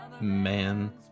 man